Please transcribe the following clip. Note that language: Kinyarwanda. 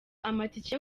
amatike